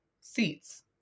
seats